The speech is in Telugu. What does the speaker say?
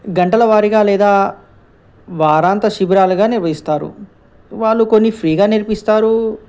గంటల వారిగా లేదా వారాంత శిబిరాలుగా నిర్వహిస్తారు వాళ్ళు కొన్ని ఫ్రీగా నేర్పిస్తారు